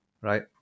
right